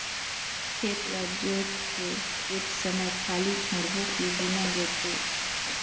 खेत ल जोत के कुछ समय खाली छोड़बो कि बिना जोते?